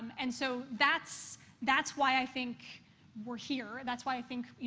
and so that's that's why i think we're here. that's why i think, you